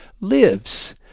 lives